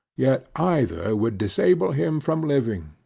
yet either would disable him from living,